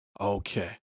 Okay